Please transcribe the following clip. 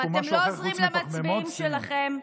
אתם לא עוזרים למצביעים שלכם,